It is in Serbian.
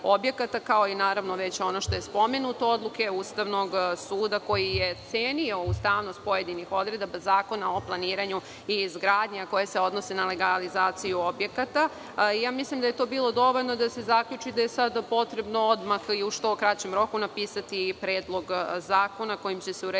kao i već ono što je spomenuto, odluke Ustavnog suda, koji je cenio ustavnost pojedinih odredaba Zakona o planiranju i izgradnji, a koje se odnose na legalizaciju objekata. Mislim da je to bilo dovoljno da se zaključi da je sada potrebno odmah i u što kraćem roku napisati predlog zakona kojim će se urediti